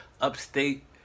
upstate